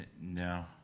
No